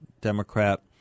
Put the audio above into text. Democrat